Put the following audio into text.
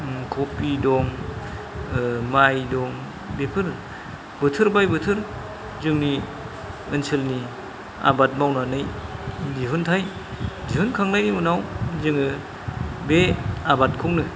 कबि दं माइ दं बेफोर बोथोर बाय बोथोर जोंनि ओनसोलनि आबाद मावनानै दिहुन्थाय दिहुनखांनायनि उनाव जोङो बे आबादखौनो